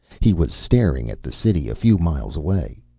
he was staring at the city, a few miles away.